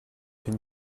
fait